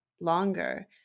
longer